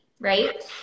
Right